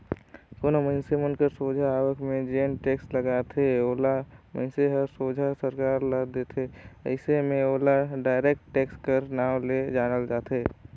कोनो मइनसे कर सोझ आवक में जेन टेक्स लगथे ओला मइनसे हर सोझ सरकार ल देथे अइसे में ओला डायरेक्ट टेक्स कर नांव ले जानल जाथे